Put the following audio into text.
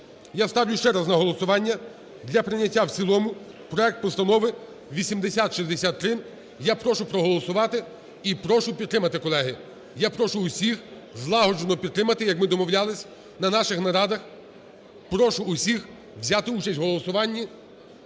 Я ставлю ще раз на голосування для прийняття в цілому проект Постанови 8063. Я прошу проголосувати і прошу підтримати, колеги. Я прошу усіх злагоджено підтримати, як ми домовлялися на наших нарадах. Прошу усіх взяти участь в голосуванні